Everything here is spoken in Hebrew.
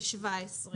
ו-(17).